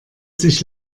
sich